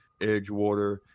edgewater